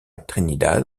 trinidad